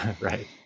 Right